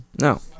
No